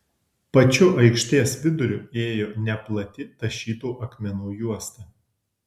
pačiu aikštės viduriu ėjo neplati tašytų akmenų juosta